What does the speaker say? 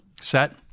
set